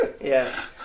Yes